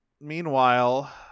meanwhile